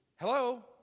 Hello